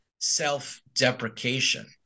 self-deprecation